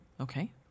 Okay